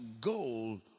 goal